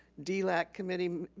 delac committee,